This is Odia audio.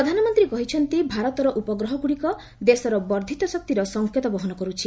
ପ୍ରଧାନମନ୍ତ୍ରୀ କହିଛନ୍ତି ଭାରତର ଉପଗ୍ରହ ଗୁଡ଼ିକ ଦେଶର ବର୍ଦ୍ଧିତ ଶକ୍ତିର ସଂକେତ ବହନ କରୁଛି